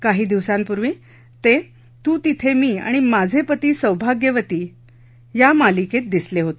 काही दिवसांपूर्वी ते तू तिथे मी आणि माझे पती सौभाग्यवती या मालिकेत दिसले होते